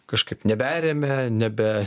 kažkaip neberemia nebe